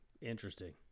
interesting